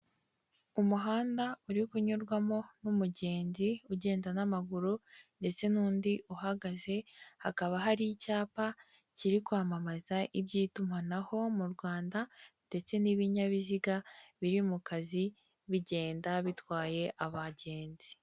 Umuhanda uri kunyurwamo n'umugenzi ugenda n'amaguru ndetse n'undi uhagaze hakaba hari icyapa kiri kwamamaza iby'itumanaho mu Rwanda ndetse n'ibinyabiziga biri mu kazi bigenda bitwaye abagenzi.